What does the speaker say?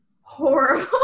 horrible